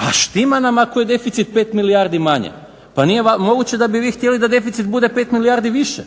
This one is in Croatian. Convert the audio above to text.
pa tima nama ako je deficit 5 milijardi manje. Pa nije moguće da bi vi htjeli da deficit bude 5 milijardi više,